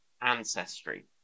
ancestry